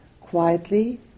quietly